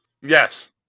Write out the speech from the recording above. Yes